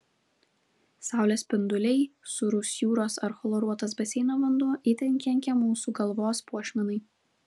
saulės spinduliai sūrus jūros ar chloruotas baseino vanduo itin kenkia mūsų galvos puošmenai